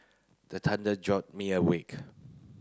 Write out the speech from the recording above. the thunder jolt me awake